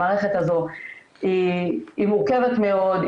המערכת הזו מורכבת מאוד,